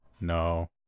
no